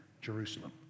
Jerusalem